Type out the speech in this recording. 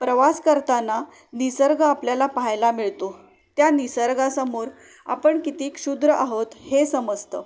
प्रवास करताना निसर्ग आपल्याला पाहायला मिळतो त्या निसर्गासमोर आपण किती क्षुद्र आहोत हे समजतं